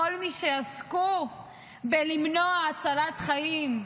כל מי שעסקו בלמנוע הצלת חיים: